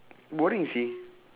boring seh